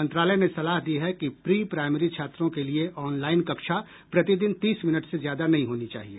मंत्रालय ने सलाह दी है कि प्री प्राइमरी छात्रों के लिए ऑनलाइन कक्षा प्रतिदिन तीस मिनट से ज्यादा नहीं होनी चाहिए